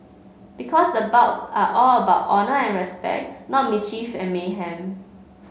because the bouts are all about honour and respect not mischief and mayhem